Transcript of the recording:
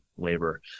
labor